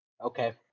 okay